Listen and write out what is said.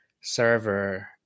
server